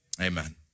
Amen